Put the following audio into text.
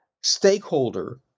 stakeholder